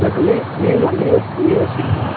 இல்லை sir new new model new வெர்ஸ் new version